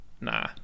Nah